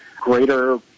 Greater